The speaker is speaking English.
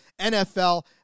NFL